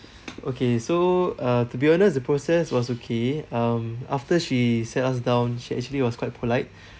okay so uh to be honest the process was okay um after she sat us down she actually was quite polite